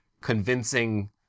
convincing